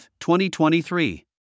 2023